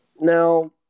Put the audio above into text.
Now